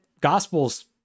gospel's